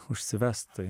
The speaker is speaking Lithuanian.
užsivest tai